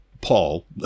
Paul